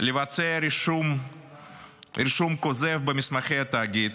לבצע רישום כוזב במסמכי תאגיד,